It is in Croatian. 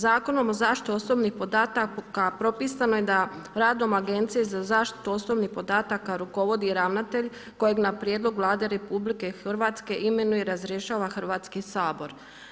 Zakonom o zaštiti osobnih podataka propisano je da radom Agencije za zaštitu osobnih podataka rukovodi Ravnatelj kojeg na prijedlog Vlade RH imenuje i razrješava Hrvatski sabor.